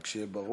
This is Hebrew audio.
רק שיהיה ברור.